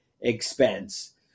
expense